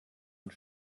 und